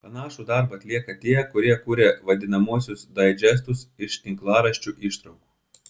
panašų darbą atlieka tie kurie kuria vadinamuosius daidžestus iš tinklaraščių ištraukų